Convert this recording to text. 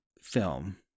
film